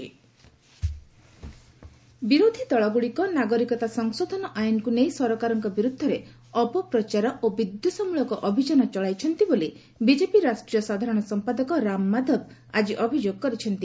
ରାମ ମାଧବ ଜାମ୍ମ ବିରୋଧୀ ଦଳଗୁଡ଼ିକ ନାଗରିକତା ସଂଶୋଧନ ଆଇନ୍କୁ ନେଇ ସରକାରଙ୍କ ବିରୁଦ୍ଧରେ ଅପପ୍ରଚାର ଓ ବିଦ୍ୱେଷମୂଳକ ଅଭିଯାନ ଚଳାଇଛନ୍ତି ବୋଲି ବିଜେପି ରାଷ୍ଟ୍ରୀୟ ସାଧାରଣ ସମ୍ପାଦକ ରାମ ମାଧବ ଆଜି ଅଭିଯୋଗ କରିଛନ୍ତି